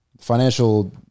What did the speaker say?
financial